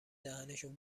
دهنشون